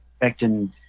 affecting